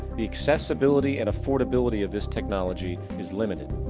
the accessibility and affordability of this technology is limited.